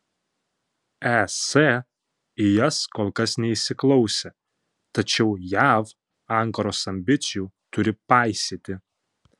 es į jas kol kas neįsiklausė tačiau jav ankaros ambicijų turi paisyti